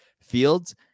Fields